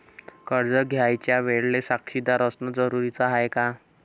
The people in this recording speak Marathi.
कर्ज घ्यायच्या वेळेले साक्षीदार असनं जरुरीच हाय का?